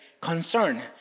concern